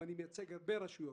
ואני מייצג הרבה רשויות.